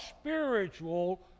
spiritual